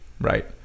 right